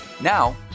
Now